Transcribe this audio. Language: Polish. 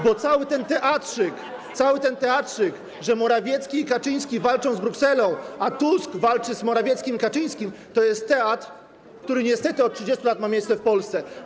bo cały ten teatrzyk polegający na tym, że Morawiecki i Kaczyński walczą z Brukselą, a Tusk walczy z Morawieckim i Kaczyńskim, jest teatrem, który niestety od 30 lat ma miejsce w Polsce.